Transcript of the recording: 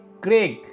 Craig